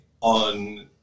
on